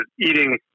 eating